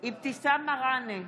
אבתיסאם מראענה,